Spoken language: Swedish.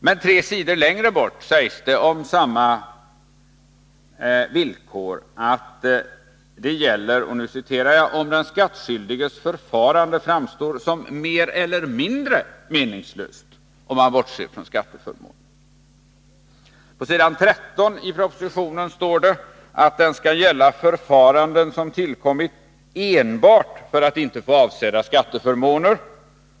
Men tre sidor längre bort sägs det om samma villkor att det gäller om ”den skattskyldiges förfarande framstår som mer eller mindre” — jag betonar det — ”meningslöst om man bortser från skatteförmånen”. På s. 13 i propositionen står det att klausulen skall gälla ”förfaranden som tillkommit enbart” — jag understryker det — ”för att få inte avsedda skatteförmåner”.